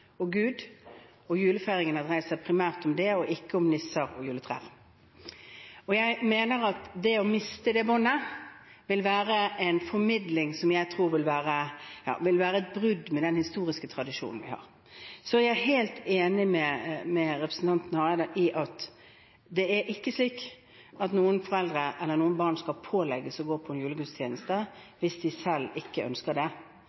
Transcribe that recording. og Gud, og julefeiringen har dreid seg primært om det og ikke om nisser og juletrær. Jeg mener at det å miste det båndet vil være et brudd med den historiske tradisjonen vi har. Jeg er helt enig med representanten Hareide i at det ikke er slik at noen foreldre eller noen barn skal pålegges å gå på en julegudstjeneste hvis de selv ikke ønsker det,